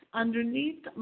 underneath